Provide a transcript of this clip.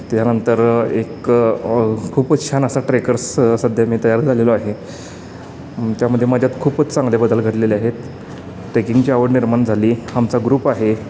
त्यानंतर एक खूपच छान असा ट्रेकर्स सध्या मी तयार झालेलो आहे त्यामध्ये माझ्यात खूपच चांगले बदल घडलेले आहेत ट्रेकिंगची आवड निर्माण झाली आमचा ग्रुप आहे